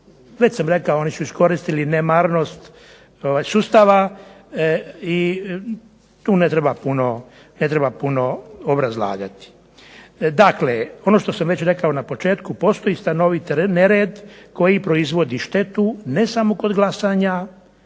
već sam rekao oni su iskoristili nemarnost sustava i tu ne treba puno obrazlagati. Dakle, ono što sam već rekao na početku postoji stanovit nered koji proizvodi štetu ne samo kod glasanja